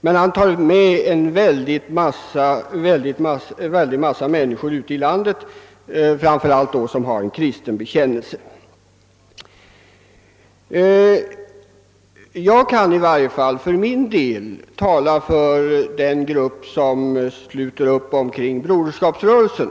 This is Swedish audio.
Men han tar med en mycket stor mängd människor i landet, framför allt dem med kristen bekännelse. För min del kan jag tala för den grupp som sluter upp kring Broderskapsrörelsen.